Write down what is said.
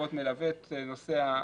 מדובר כאן על ויתור על השבה רטרואקטיבית